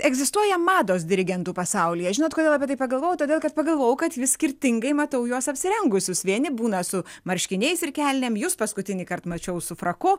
egzistuoja mados dirigentų pasaulyje žinot kodėl apie tai pagalvojau todėl kad pagalvojau kad vis skirtingai matau juos apsirengusius vieni būna su marškiniais ir kelnėm jus paskutinįkart mačiau su fraku